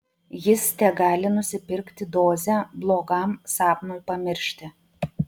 jis tegali nusipirkti dozę blogam sapnui pamiršti